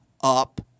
up